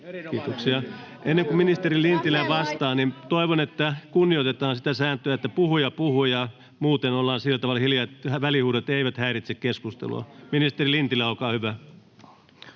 Content: Ennen kuin ministeri Lintilä vastaa, niin toivon, että kunnioitetaan sitä sääntöä, että puhuja puhuu ja muuten olla sillä tavalla hiljaa, että välihuudot eivät häiritse keskustelua. — Ministeri Lintilä, olkaa hyvä.